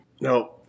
No